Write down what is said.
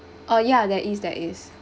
oh ya there is there is